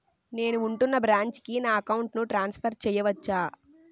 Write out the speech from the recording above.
నేను ఉంటున్న బ్రాంచికి నా అకౌంట్ ను ట్రాన్సఫర్ చేయవచ్చా?